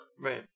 Right